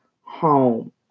home